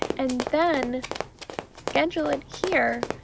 and then schedule it here,